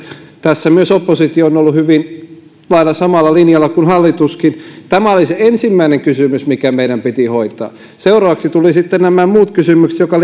tässä myös oppositio on ollut hyvin samalla linjalla kuin hallituskin tämä oli ensimmäinen kysymys mikä meidän piti hoitaa seuraavaksi tulivat sitten muut kysymykset jotka